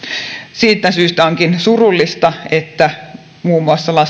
siitä syystä onkin surullista että muun muassa